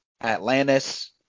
Atlantis